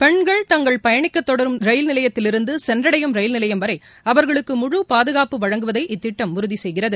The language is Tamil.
பென்கள் தாங்கள் பயனிக்கத்தொடங்கும் ரயில் நிலையத்தில் இருந்து சென்றடையும் ரயில் நிலையம் வரை அவர்களுக்கு முழு பாதுகாப்பு வழங்குவதை இத்திட்டம் உறுதி செய்கிறது